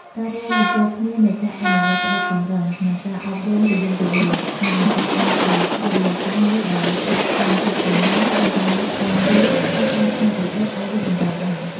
ការរួមបញ្ចូលគ្នានៃការអនុវត្តច្បាប់តឹងរ៉ឹង និងការអប់រំទូលំទូលាយ នឹងបង្កើតបានជាបរិយាកាសមួយដែលសិទ្ធិកម្មសិទ្ធិបញ្ញាត្រូវបានការពារ ហើយការច្នៃប្រឌិតអាចរីកចម្រើនបាន។